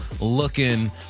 looking